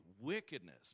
wickedness